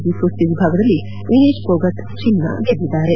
G ಕುಸ್ತಿ ವಿಭಾಗದಲ್ಲಿ ವಿನೇಶ್ ಫೋಗಟ್ ಚಿನ್ನ ಗೆದ್ದಿದ್ದಾರೆ